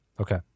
Okay